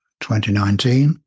2019